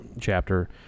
chapter